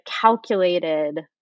calculated